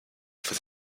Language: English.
for